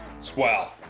Swell